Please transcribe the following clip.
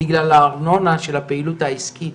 בגלל הארנונה של הפעילות העסקית